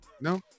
No